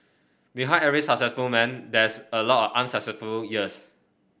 behind every successful man there's a lot of unsuccessful years